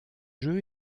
jeux